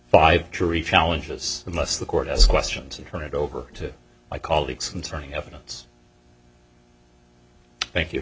jury challenges unless the court has questions and turn it over to my colleagues and turning evidence thank you